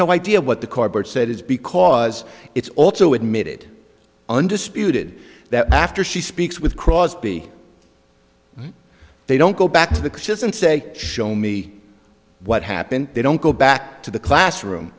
no idea what the cardboard said is because it's also admitted undisputed that after she speaks with crosby they don't go back to the coaches and say show me what happened they don't go back to the classroom